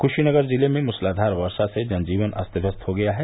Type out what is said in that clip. कुशीनगर जिले में मूसलाघार वर्षा से जन जीवन अस्त व्यस्त हो गया है